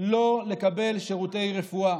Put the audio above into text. לא לקבל שירותי רפואה.